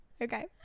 Okay